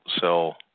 sell